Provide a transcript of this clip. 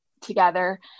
together